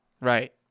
Right